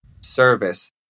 service